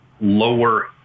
lower